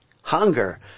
hunger